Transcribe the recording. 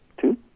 two